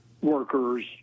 workers